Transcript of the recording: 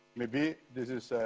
maybe this is